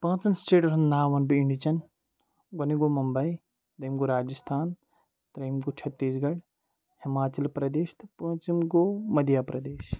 پانٛژن سٹیٹن ہُنٛد ناو وَنہٕ بہٕ اِنڈیاہچیٚن گۄڈٕنیُک گوٚو مُمبے دوٚیِم گوٚو راجِستھان ترٛیٚیِم گوٚو چھتیٖس گڑھ ہماچل پرٛدیش تہٕ پانٛژِم گوٚو مدھیہ پردیش